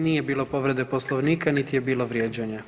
Nije bilo povrede Poslovnika, niti je bilo vrijeđanja.